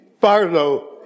Barlow